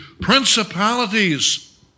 principalities